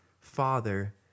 father